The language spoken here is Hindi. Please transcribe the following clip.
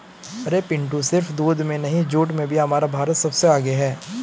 अरे पिंटू सिर्फ दूध में नहीं जूट में भी हमारा भारत सबसे आगे हैं